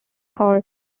power